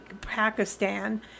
Pakistan